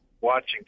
watching